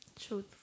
truth